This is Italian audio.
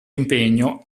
impegno